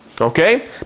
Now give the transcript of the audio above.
Okay